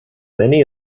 many